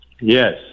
Yes